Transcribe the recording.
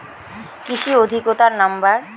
কৃষি অধিকর্তার নাম্বার?